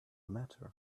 matter